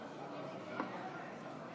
49. ההסתייגות לא התקבלה.